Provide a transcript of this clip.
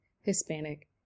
Hispanic